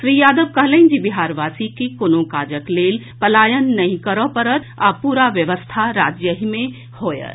श्री यादव कहलनि जे बिहारवासी के कोनो काजक लेल पलायन नहि करय पड़त आ पूरा व्यवस्था राज्य मे होयत